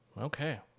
Okay